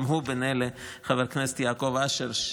חבר הכנסת יעקב אשר,